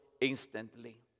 instantly